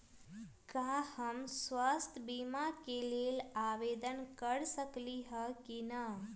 का हम स्वास्थ्य बीमा के लेल आवेदन कर सकली ह की न?